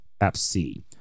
FC